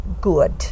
good